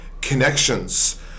connections